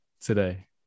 today